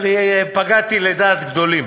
אבל כיוונתי לדעת גדולים.